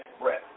breath